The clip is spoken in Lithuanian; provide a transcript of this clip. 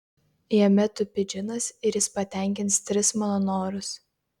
jame tupi džinas ir jis patenkins tris mano norus